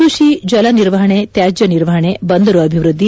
ಕೃಷಿ ಜಲ ನಿರ್ವಹಣೆ ತ್ವಾಜ್ಯ ನಿರ್ವಹಣೆ ಬಂದರು ಅಭಿವೃದ್ದಿ